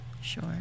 Sure